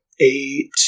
eight